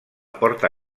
porta